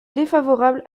défavorable